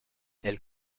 elle